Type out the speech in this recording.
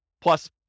plus